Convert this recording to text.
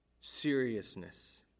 seriousness